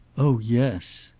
oh yes.